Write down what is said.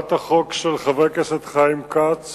הצעת החוק של חבר הכנסת חיים כץ